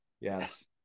Yes